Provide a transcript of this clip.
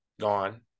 Gone